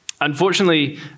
Unfortunately